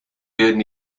werden